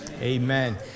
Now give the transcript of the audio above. Amen